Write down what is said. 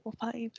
five